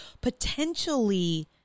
potentially